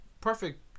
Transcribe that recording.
perfect